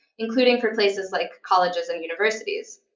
including for places like colleges and universities.